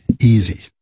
Easy